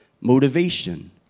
Motivation